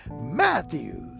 Matthews